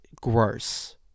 gross